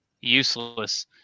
Useless